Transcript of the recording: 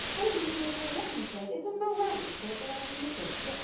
i don't particularly care what mom says, it's a meringue so belongs in the fridge. yeah,